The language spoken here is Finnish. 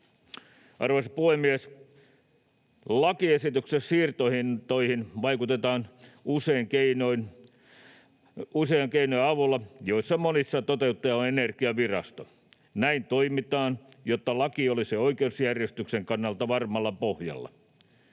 Arvoisa puhemies! Lakiesityksessä siirtohintoihin vaikutetaan useiden keinojen avulla, joissa monissa toteuttaja on Energiavirasto. Näin toimitaan, jotta laki olisi oikeusjärjestyksen kannalta varmalla pohjalla.